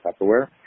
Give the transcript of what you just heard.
Tupperware